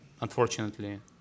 unfortunately